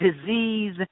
disease